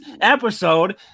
episode